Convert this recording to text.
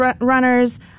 Runners